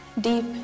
deep